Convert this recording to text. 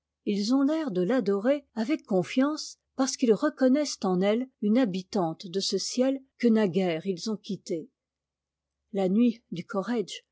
ils ont l'air de l'adorer avec confiance parce qu'ils reconnaissent en elle une habitante de ce ciel que naguère ils ont quitté la nuit du